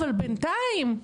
אבל בינתיים,